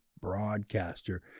Broadcaster